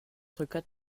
quatre